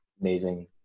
amazing